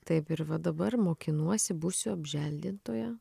taip ir va dabar mokinuosi būsiu apželdintoja